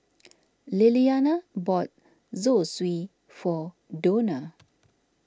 Lilliana bought Zosui for Dona